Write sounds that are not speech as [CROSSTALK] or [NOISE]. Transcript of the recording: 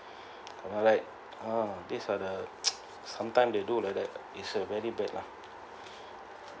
I like ah these are the [NOISE] sometime they do like that is a very bad lah